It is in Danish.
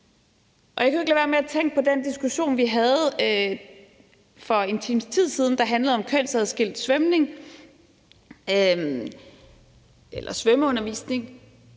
Jeg kan jo ikke lade være med at tænke på den diskussion, vi havde for en times tid siden, der handlede om kønsadskilt svømning eller svømmeundervisning,